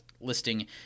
listing